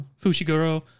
Fushiguro